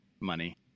money